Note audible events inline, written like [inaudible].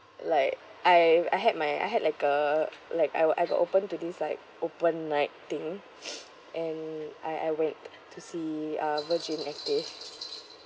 like I I had my I had like a like I I got open into this like open night thing [noise] and I I wait to see uh virgin active